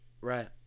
Right